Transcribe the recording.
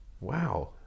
wow